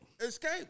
Escape